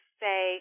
say